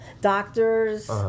doctors